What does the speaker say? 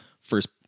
first